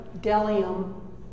delium